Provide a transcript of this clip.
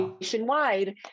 nationwide